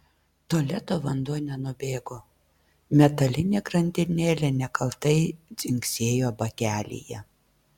tualeto vanduo nenubėgo metalinė grandinėlė nekaltai dzingsėjo bakelyje